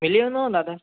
मिली वेंदव दादा